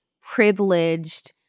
privileged